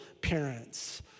parents